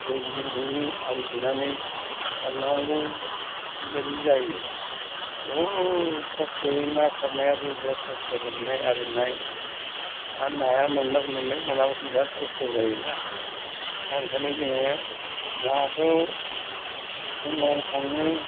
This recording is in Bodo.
ओमफ्राय बिदिनो आलि थेनानै सारनांगौ बिबायदि जायो गोबां खस्थ'यै ना सारनायाबो बिराद खस्थ' हमनाय आरिनाय आरो नाया मोनबा मोनबाय मोनाब्लाथ' बिराद खस्थ' जायोना दा ओंखायनो जोङो नाखौ फुङाव थाङो